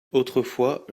autrefois